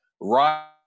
Right